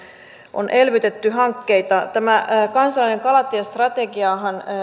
on elvytetty hankkeita tämä kansallinen kalatiestrategiahan